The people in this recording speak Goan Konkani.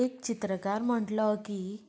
एक चित्रकार म्हणटलो की